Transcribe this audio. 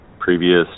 Previous